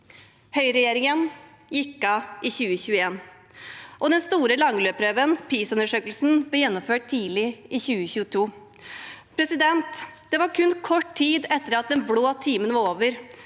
Høyreregjeringen gikk av i 2021, og den store langlueprøven PISA-undersøkelsen ble gjennomført tidlig i 2022. Det var kun kort tid etter at den blå timen var over